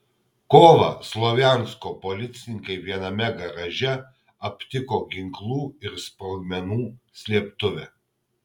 kovą slovjansko policininkai viename garaže aptiko ginklų ir sprogmenų slėptuvę